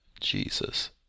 Jesus